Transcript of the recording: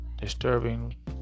disturbing